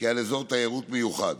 כעל אזור תיירות מיוחד.